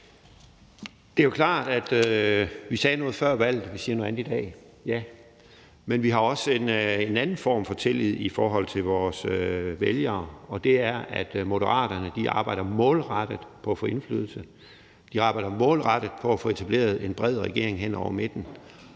Det er jo klart, at vi sagde noget før valget, og at vi siger noget andet i dag – ja. Men vi har også en anden form for tillid i forhold til vores vælgere, og det er, at Moderaterne arbejder målrettet på at få indflydelse. De arbejder målrettet på at få etableret en bred regering hen over midten,